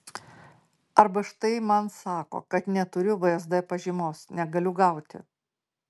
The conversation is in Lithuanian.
arba štai man sako kad neturiu vsd pažymos negaliu gauti